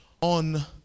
On